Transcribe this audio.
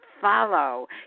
follow